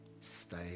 stay